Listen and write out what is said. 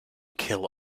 kill